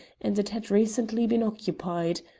and it had recently been occupied.